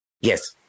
Yes